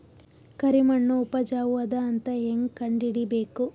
ಕರಿಮಣ್ಣು ಉಪಜಾವು ಅದ ಅಂತ ಹೇಂಗ ಕಂಡುಹಿಡಿಬೇಕು?